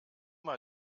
mal